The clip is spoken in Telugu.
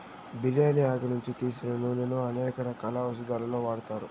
బిర్యాని ఆకు నుంచి తీసిన నూనెను అనేక రకాల ఔషదాలలో వాడతారు